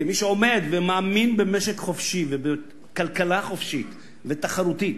כמי שעומד ומאמין במשק חופשי ובכלכלה חופשית ותחרותית,